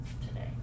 Today